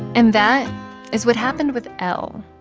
and that is what happened with l.